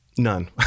None